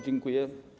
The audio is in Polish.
Dziękuję.